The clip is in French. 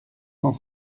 cent